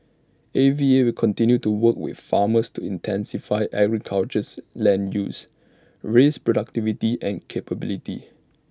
A V A will continue to work with farmers to intensify agricultures land use raise productivity and capability